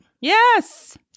Yes